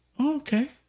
Okay